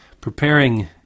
preparing